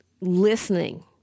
listening